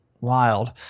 wild